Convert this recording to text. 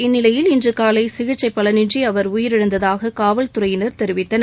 இந்நிலையில் இன்று காலை சிகிச்சை பலனின்றி அவர் உயிரிழந்ததாக காவல்துறையினர் தெரிவித்தனர்